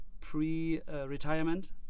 pre-retirement